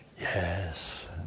yes